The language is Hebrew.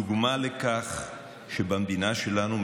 דוגמה לכך שבמדינה שלנו,